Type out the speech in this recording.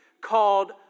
called